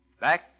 back